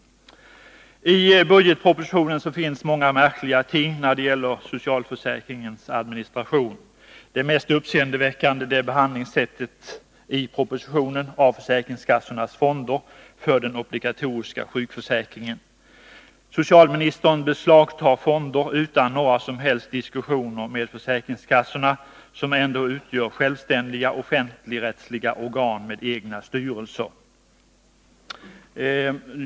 I budgetpropositionen finns många märkliga ting när det gäller socialförsäkringens administration. Det mest uppseendeväckande är behandlingen av försäkringskassornas fonder för den obligatoriska sjukförsäkringen. Socialministern beslagtar fonder utan några som helst diskussioner med försäkringskassorna, som ändå utgör självständiga offentligrättsliga organ med egna styrelser.